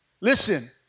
Listen